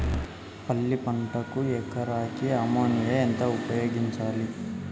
పంట ఎదుగుదలకి సేంద్రీయ ఎరువులు వాడచ్చా?